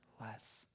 less